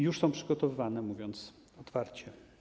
Już są przygotowywane, mówiąc otwarcie.